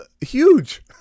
huge